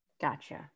Gotcha